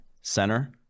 center